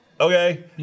Okay